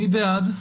מי בעד?